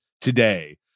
today